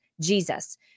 Jesus